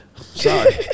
Sorry